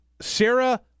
Sarah